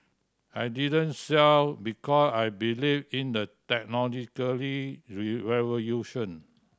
I didn't sell because I believe in the technological revolution